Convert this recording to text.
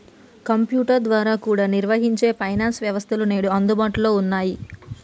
computer ద్వారా కూడా నిర్వహించే ఫైనాన్స్ వ్యవస్థలు నేడు అందుబాటులో ఉన్నయ్యి